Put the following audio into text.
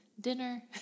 dinner